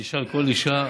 תשאל כל אישה.